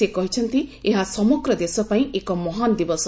ସେ କହିଛନ୍ତି ଏହା ସମଗ୍ର ଦେଶ ପାଇଁ ଏକ ମହାନ ଦିବସ